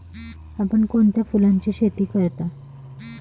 आपण कोणत्या फुलांची शेती करता?